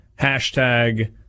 Hashtag